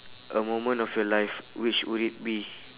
a moment of your life which would it be